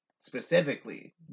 specifically